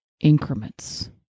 increments